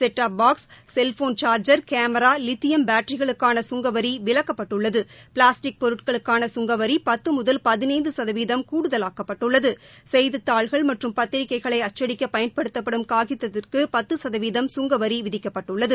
set top box cellphone charger கோரா lithium பேட்டிரிகளுக்கான கங்கவரி விலக்கப்பட்டுள்ளது பிளாஸ்டிக் பொருட்களுக்கான கங்க வரி பத்து கூடுகலாக்கப்பட்டுள்ளது செய்தித் தாள்கள் மற்றும் பத்திரிகைகளை அச்சடிக்க பயன்படுத்தப்படும் காகிதத்திற்கு பக்கு சதவீதம் சுங்கவரி விதிக்கப்பட்டுள்ளது